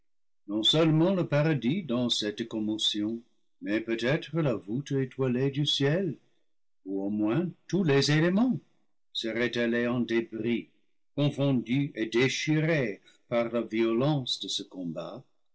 non-seulement le paradis dans celte commotion mais peut-être la voûte étoilée du ciel ou au moins tous les éléments seraient allés en débris con fondus et déchirés par la violence de ce combat